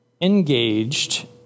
Engaged